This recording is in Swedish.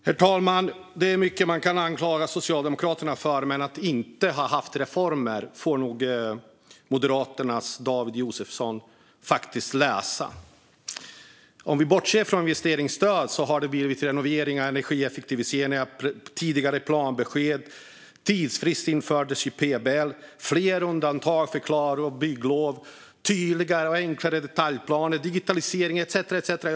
Herr talman! Det är mycket man kan anklaga Socialdemokraterna för. Men när det gäller att vi inte skulle ha genomfört reformer får nog Moderaternas David Josefsson läsa på om det. Om vi bortser från investeringsstöd har det blivit renoveringar, energieffektiviseringar, tidigare planbesked, tidsfrist har införts i PBL, det har blivit fler undantag när det gäller bygglov, tydligare och enklare detaljplaner, digitalisering etcetera.